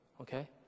okay